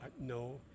No